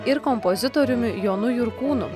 ir kompozitoriumi jonu jurkūnu